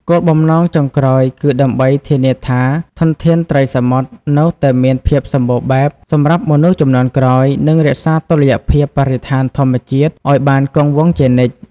គោលបំណងចុងក្រោយគឺដើម្បីធានាថាធនធានត្រីសមុទ្រនៅតែមានភាពសម្បូរបែបសម្រាប់មនុស្សជំនាន់ក្រោយ និងរក្សាតុល្យភាពបរិស្ថានធម្មជាតិឲ្យបានគង់វង្សជានិច្ច។